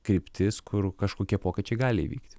kryptis kur kažkokie pokyčiai gali įvykti